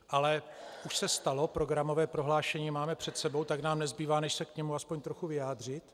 Ale už se stalo, programové prohlášení máme před sebou, tak nám nezbývá, než se k tomu aspoň trochu vyjádřit.